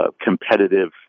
competitive